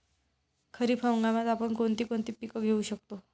खरीप हंगामात आपण कोणती कोणती पीक घेऊ शकतो?